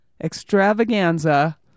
extravaganza